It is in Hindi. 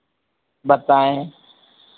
बताएँ